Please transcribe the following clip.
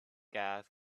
gas